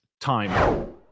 time